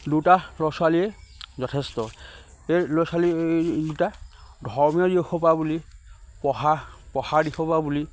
দুটা ল'ৰা ছোৱালীয়ে যথেষ্ট এই ল'ৰা ছোৱালী দুটা ধৰ্মীয় দিশৰ পৰা বুলি পঢ়া পঢ়া দিশৰ পৰা বুলি